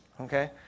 okay